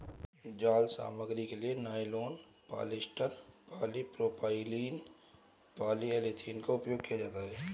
जाल सामग्री के लिए नायलॉन, पॉलिएस्टर, पॉलीप्रोपाइलीन, पॉलीएथिलीन का उपयोग किया जाता है